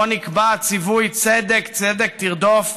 שבו נקבע הציווי "צדק צדק תרדוף",